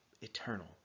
eternal